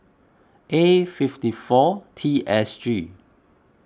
A fifty four T S G